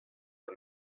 the